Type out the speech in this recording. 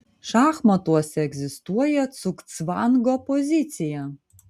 šachmatuose egzistuoja cugcvango pozicija